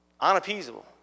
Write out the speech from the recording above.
Unappeasable